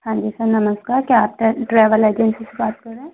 हाँ जी सर नमस्कार क्या आप ट्रैवल एजेंसी से बात कर रहे हैं